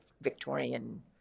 Victorian